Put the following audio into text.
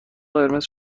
قرمز